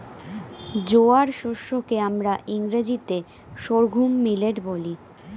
জোয়ার শস্য কে আমরা ইংরেজিতে সর্ঘুম মিলেট বলি